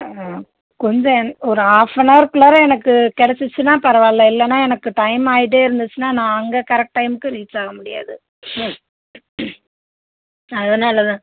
ம் கொஞ்சம் என் ஒரு ஹாஃப் அண்ட் ஹவர்க்குள்ளாற எனக்கு கிடச்சிச்சினா பரவாயில்லை இல்லைன்னா எனக்கு டைம் ஆயிகிட்டே இருந்துச்சுனா நான் அங்கே கரெக்ட் டைம்முக்கு ரீச்சாக முடியாது அதனால் தான்